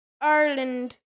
Ireland